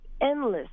endless